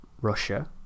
Russia